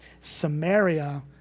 Samaria